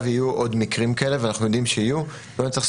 אני נותן כאן עוד גוון לדברים שנאמרו על ידי יערה מרשות